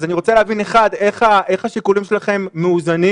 אני רוצה להבין: (1) איך השיקולים שלכם מאוזנים?